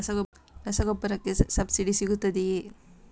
ರಸಗೊಬ್ಬರಕ್ಕೆ ಸಬ್ಸಿಡಿ ಸಿಗುತ್ತದೆಯೇ?